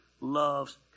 loves